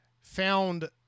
found